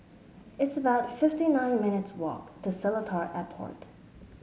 it's about fifty nine minutes' walk to Seletar Airport